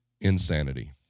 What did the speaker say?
Insanity